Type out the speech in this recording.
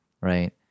right